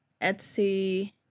Etsy